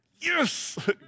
Yes